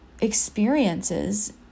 experiences